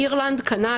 אירלנד כנ"ל,